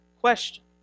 question